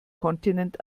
kontinent